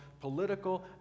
political